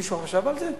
מישהו חשב על זה?